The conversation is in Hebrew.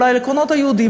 או על העקרונות היהודיים,